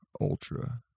Ultra